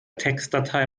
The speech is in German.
textdatei